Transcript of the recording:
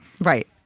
Right